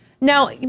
Now